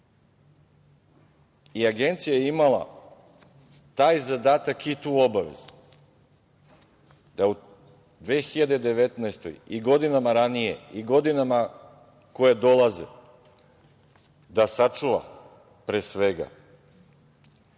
položaj. Agencija je imala taj zadatak i tu obavezu da u 2019. godini i godinama ranije i godinama koje dolaze da sačuva, pre svega,